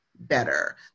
better